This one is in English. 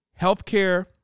healthcare